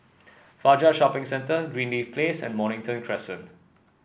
Fajar Shopping Centre Greenleaf Place and Mornington Crescent